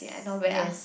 ya not bad ah